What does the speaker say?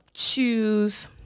choose